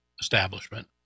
establishment